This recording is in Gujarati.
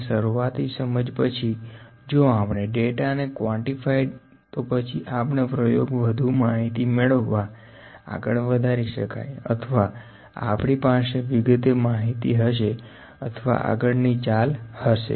અને શરૂઆતી સમજ પછી જો આપણે ડેટા ને કવોંતિફાઇડ તો પછી આપણે પ્રયોગ વધું માહિતી મેળવવા આગળ વધારી શકાય અથવા આપણી પાસે વિગતે માહિતી હશે અથવા આગળની ચાલ હશે